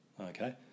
Okay